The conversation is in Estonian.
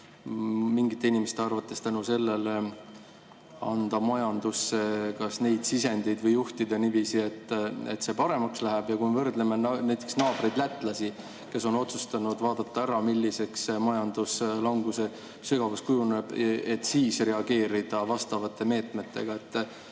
mingite inimeste arvates tänu sellele anda majandusse neid sisendeid või juhtida niiviisi, et see paremaks läheks, ja näiteks naabreid lätlasi, kes on otsustanud vaadata ära, milliseks majanduslanguse sügavus kujuneb, et siis reageerida vastavate meetmetega.